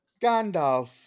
Gandalf